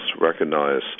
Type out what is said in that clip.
recognize